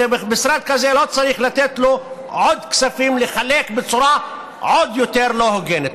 ולמשרד כזה לא צריך לתת עוד כספים לחלק בצורה עוד יותר לא הוגנת.